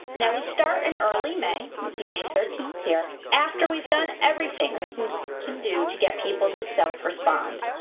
now, we start in early may. you can see may thirteen here, after we've done everything we can can do to get people to self-respond.